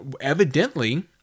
evidently